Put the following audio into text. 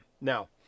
Now